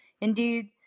Indeed